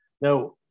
Now